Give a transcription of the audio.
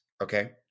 okay